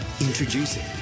Introducing